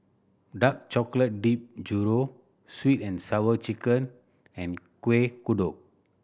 dark chocolate dipped churro Sweet And Sour Chicken and Kuih Kodok